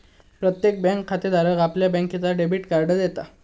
प्रत्येक बँक खातेधाराक आपल्या बँकेचा डेबिट कार्ड देता